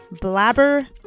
Blabber